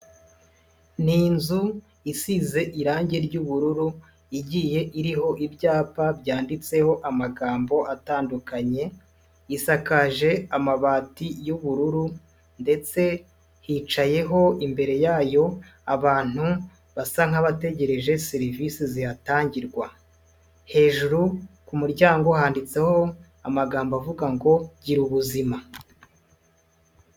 Ni inzu isize irangi ry'ubururu igiye iriho ibyapa byanditseho amagambo atandukanye, isakaje amabati y'ubururu ndetse hicayeho imbere yayo abantu basa nkabategereje serivisi zihatangirwa, hejuru ku umuryango handitseho amagambo avuga ngo girubuzima.